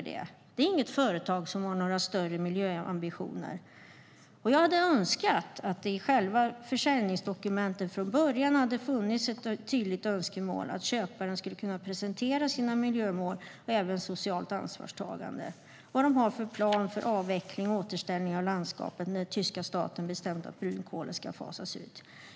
Det är inget företag som har några större miljöambitioner. Jag hade önskat att det i försäljningsdokumentet från början hade funnits ett tydligt önskemål om att köparen skulle kunna presentera sina miljömål, även socialt ansvarstagande och vad de hade för plan för avveckling och återställning av landskapen när den tyska staten bestämde att brunkolen skulle fasas ut.